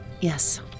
Yes